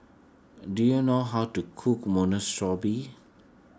do you know how to cook Monsunabe